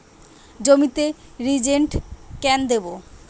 জমিতে রিজেন্ট কেন দেবো?